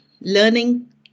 learning